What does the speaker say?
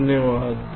धन्यवाद